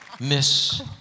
Miss